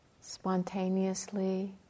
spontaneously